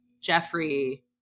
Jeffrey